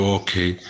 okay